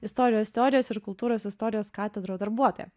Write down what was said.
istorijos teorijos ir kultūros istorijos katedros darbuotoja